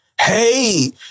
Hey